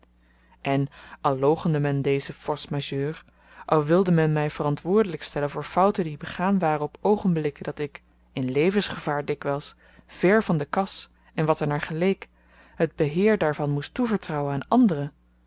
en al loochende men deze force majeure al wilde men my verantwoordelyk stellen voor fouten die begaan waren op oogenblikken dat ik in levensgevaar dikwyls ver van de kas en wat er naar geleek het beheer daarvan moest toevertrouwen aan anderen